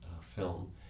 film